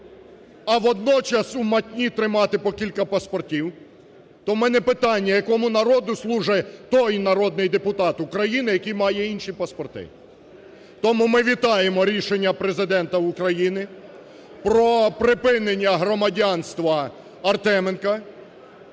а водночас у матні тримати по кілька паспортів, то у мене питання, якому народу служить той народний депутат України, який має інші паспорти? Тому ми вітаємо рішення Президента України про припинення громадянства Артеменка.